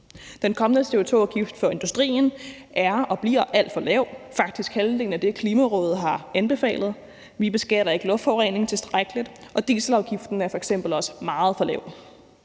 Den kommende CO2-afgift for industrien er og bliver alt for lav, faktisk halvdelen af det, Klimarådet har anbefalet. Vi beskatter ikke luftforurening tilstrækkeligt, og dieselafgiften er f.eks. også meget for lav.